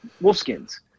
Wolfskins